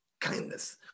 kindness